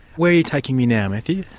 where are you taking me now, matthew?